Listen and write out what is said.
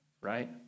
right